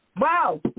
Wow